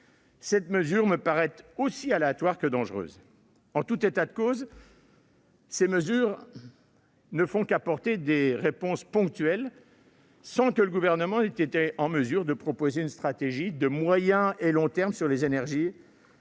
Cette mesure me paraît aussi aléatoire que dangereuse. En tout état de cause, ces mesures ne font qu'apporter des réponses ponctuelles, sans que le Gouvernement ait été en mesure de proposer une stratégie de moyen ou long terme sur les énergies permettant